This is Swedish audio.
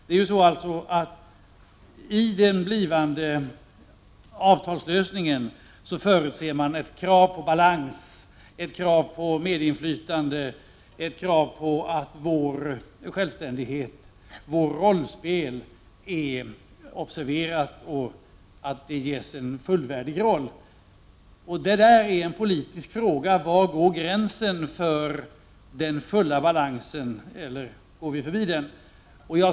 I den blivande avtalslösningen förutser man ett krav på balans och på medinflytande och ett krav på att vår självständighet skall observeras och ges en fullvärdig roll. Det är en politisk fråga. Var går gränsen för den fulla balansen? Överskrider vi möjligen den?